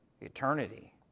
eternity